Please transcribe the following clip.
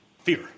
Fear